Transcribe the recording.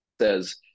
says